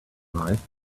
life